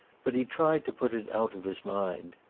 but he tried to put it out of his mind.